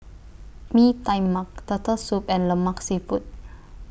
Mee Tai Mak Turtle Soup and Lemak Siput